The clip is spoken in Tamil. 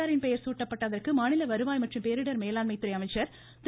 ஆரின் பெயர் சூட்டப்பட்டதற்கு மாநில வருவாய் மற்றும் பேரிடர் மேலாண்மை துறை அமைச்சர் திரு